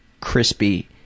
crispy